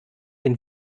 den